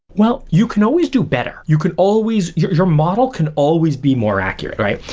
well, you can always do better. you can always your your model can always be more accurate, right?